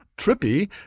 trippy